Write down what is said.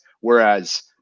Whereas